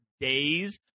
days